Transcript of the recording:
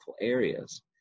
areas